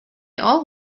all